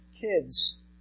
Kids